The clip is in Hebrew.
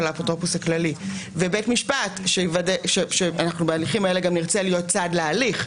האפוטרופוס הכללי בהליכים האלה אנחנו גם נרצה להיות צד בהליך,